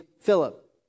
Philip